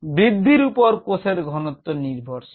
বৃদ্ধির উপর কোষের ঘনত্ব নির্ভরশীল